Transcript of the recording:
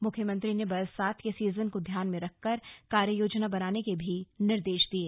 मुख्यमंत्री ने बरसात के सीजन को ध्यान में रखकर कार्ययोजना बनाने के भी निर्देश दिये